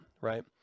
right